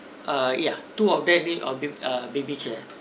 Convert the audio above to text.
uh ya two of them need err a baby chair